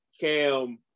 Cam